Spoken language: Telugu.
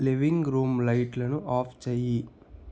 లివింగ్ రూమ్ లైట్లను ఆఫ్ చెయ్యి